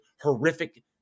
horrific